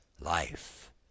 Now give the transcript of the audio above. Life